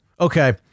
okay